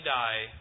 die